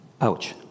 ouch